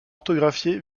orthographié